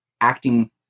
acting